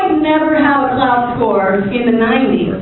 never have a klout score in the ninety